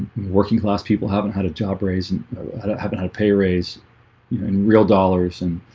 working-class people haven't had a job raise and haven't had pay raise in real dollars and